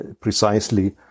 precisely